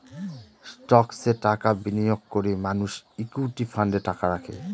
স্টকসে টাকা বিনিয়োগ করে মানুষ ইকুইটি ফান্ডে টাকা রাখে